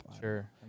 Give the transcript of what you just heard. Sure